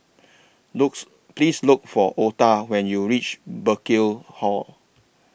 looks Please Look For Otha when YOU REACH Burkill Hall